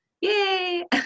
yay